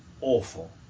awful